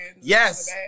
Yes